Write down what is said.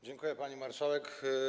Dziękuję, pani marszałek.